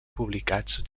publicats